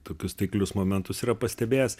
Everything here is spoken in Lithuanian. tokius taiklius momentus yra pastebėjęs